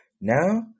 Now